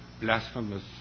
blasphemous